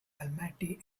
almaty